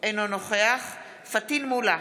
אינו נוכח פטין מולא,